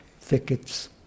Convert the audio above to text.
thickets